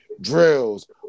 drills